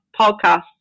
podcasts